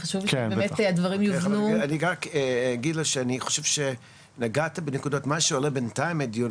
אני רק אגיד שמה שעולה בינתיים מהדיון,